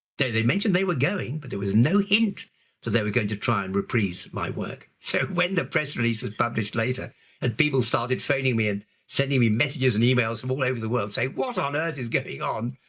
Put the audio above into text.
they they mentioned they were going, but there was no hint that they were going to try and reprise my work. so when the press release was published later and people started phoning me and sending me messages and emails from all over the world and say what on earth is going on,